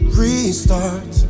restart